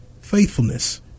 faithfulness